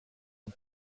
vom